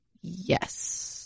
Yes